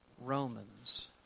Romans